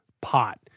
pot